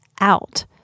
out